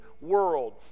world